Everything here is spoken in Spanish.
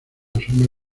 asume